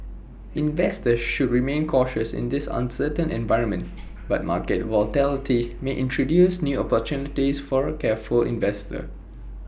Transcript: investors should remain cautious in this uncertain environment but market volatility may introduce new opportunities for the careful investor